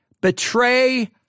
Betray